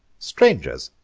strangers!